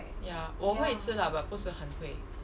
ya 我会吃辣 but 不是很会